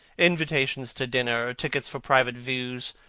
invitations to dinner, tickets for private views,